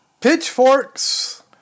Pitchforks